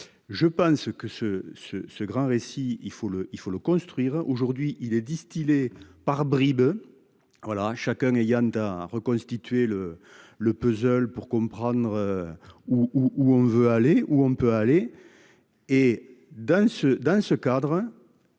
Je pense que ce ce ce grand récit. Il faut le il faut le construire. Aujourd'hui il est distillée par bribes. Voilà, chacun ayant à reconstituer le le puzzle pour comprendre. Où on veut aller où on peut aller. Et dans ce dans